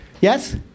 Yes